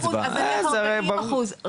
זה הרי ברור.